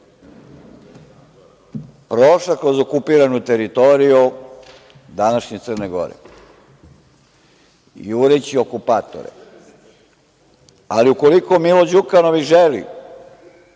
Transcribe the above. prošla kroz okupiranu teritoriju današnje Crne Gore, jureći okupatore, ali ukoliko Milo Đukanović želi